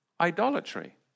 idolatry